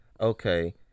okay